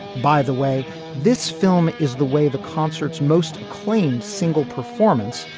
by the way this film is the way the concerts most acclaimed single performance.